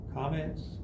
Comments